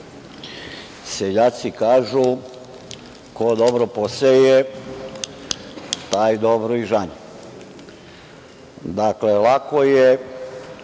seljaci kažu – ko dobro poseje, taj dobro i žanje. Dakle, lako je